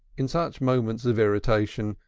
in such moments of irritation,